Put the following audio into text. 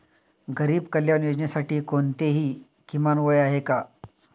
गरीब कल्याण योजनेसाठी कोणतेही किमान वय आहे का?